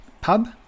pub